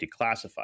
declassified